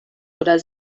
oder